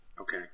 okay